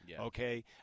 okay